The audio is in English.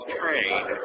train